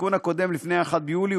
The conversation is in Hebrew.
בתיקון הקודם לפני 1 ביולי,